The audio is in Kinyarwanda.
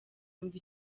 yumva